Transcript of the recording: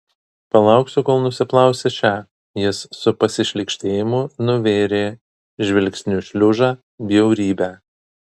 palauksiu kol nusiplausi šią jis su pasišlykštėjimu nuvėrė žvilgsniu šliužą bjaurybę